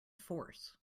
force